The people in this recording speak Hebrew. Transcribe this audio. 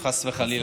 חס וחלילה.